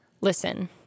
Listen